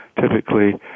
typically